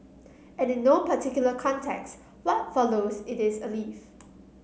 and in no particular context what follows it is a leaf